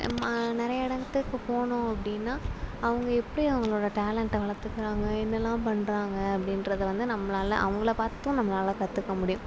நிறையா இடத்துக்கு போனோம் அப்படின்னா அவங்க எப்படி அவங்களோட டேலண்ட் வளர்த்துக்குறாங்க என்னலாம் பண்ணுறங்க அப்படின்றத வந்து நம்மளால அவங்கள பார்த்தும் நம்மளால கற்றுக்க முடியும்